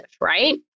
right